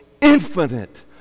infinite